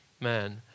man